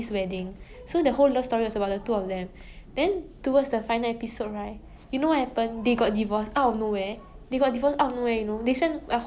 he's not talking about robin which robin is not the mother of the kids so it's like you feel like what did I watch this show for